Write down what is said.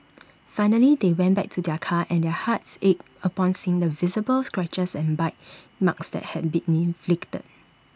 finally they went back to their car and their hearts ached upon seeing the visible scratches and bite marks that had been inflicted